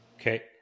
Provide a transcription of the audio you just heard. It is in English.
Okay